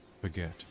forget